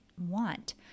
want